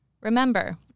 Remember